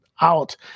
out